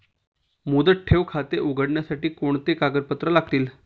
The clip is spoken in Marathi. मुदत ठेव खाते उघडण्यासाठी कोणती कागदपत्रे लागतील?